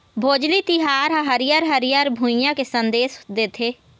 भोजली तिहार ह हरियर हरियर भुइंया के संदेस देथे